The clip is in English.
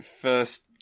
first